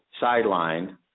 sidelined